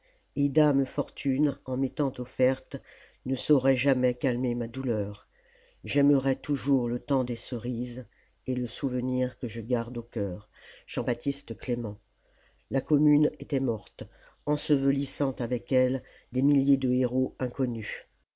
et dame fortune en m'étant offerte ne saurait jamais calmer ma douleur j'aimerai toujours le temps des cerises et le souvenir que je garde au cœur la commune était morte ensevelissant avec elle des milliers de héros inconnus